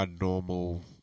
normal